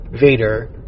Vader